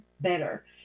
better